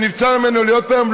שנבצר ממנו להיות פה היום,